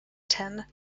ten